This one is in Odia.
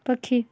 ପକ୍ଷୀ